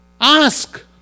Ask